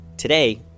Today